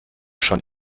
schon